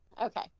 Okay